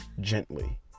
gently